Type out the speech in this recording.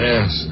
Yes